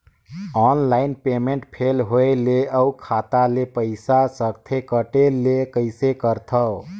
Online payment fail होय ले अउ खाता ले पईसा सकथे कटे ले कइसे करथव?